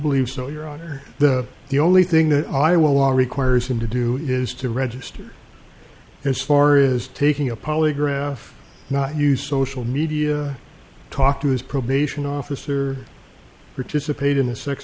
believe so your honor the only thing that i will all requires him to do is to register his far is taking a polygraph not use social media talk to his probation officer participate in the sex